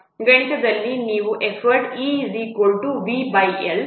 ಗಣಿತದಲ್ಲಿ ನೀವು effort E V L